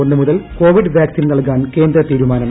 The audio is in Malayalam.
ഒന്ന് മുതൽ കോവിഡ് പാക്സിൻ നൽകാൻ കേന്ദ്ര തീരുമാനം